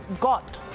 got